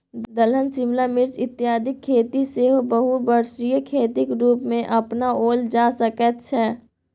दलहन शिमला मिर्च इत्यादिक खेती सेहो बहुवर्षीय खेतीक रूपमे अपनाओल जा सकैत छै